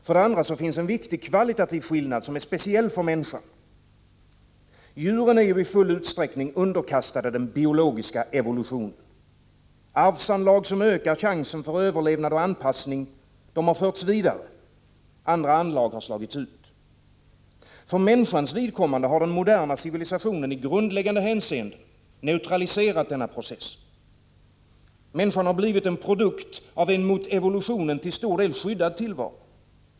För det andra finns en viktig kvalitativ skillnad, som är speciell för människan. Djuren är i full utsträckning underkastade den biologiska evolutionen. Arvsanlag, som ökar chansen för överlevnad och anpassning, har förts vidare — andra anlag har slagits ut. För människans vidkommande har den moderna civilisationen i grundläggande hänseenden neutraliserat denna process. Människan har blivit en produkt av en mot evolutionen till stor del skyddad tillvaro.